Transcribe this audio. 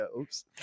oops